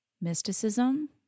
mysticism